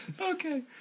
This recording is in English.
Okay